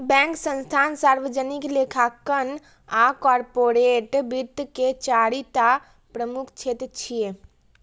bank, संस्थान, सार्वजनिक लेखांकन आ कॉरपोरेट वित्त के चारि टा प्रमुख क्षेत्र छियै